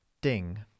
Ding